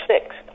six